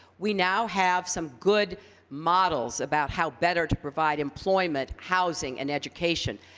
we now have some good models about how better to provide employment, housing and education.